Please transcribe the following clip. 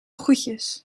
groetjes